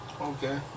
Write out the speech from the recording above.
Okay